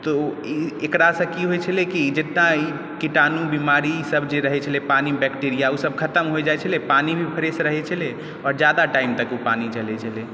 तऽ ओ एकरासँ ई होइ छलै कि जतना कीटाणु बीमारी ई सब जे रहै छलै पानीमे बैक्टेरिया ओ सब खतम होइ जाइ छलै पानी भी फ्रेश रहै छलै आओर ज्यादा टाइम तक ओ पानी चलै छलै